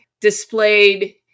displayed